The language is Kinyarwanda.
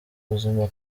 buzima